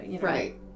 Right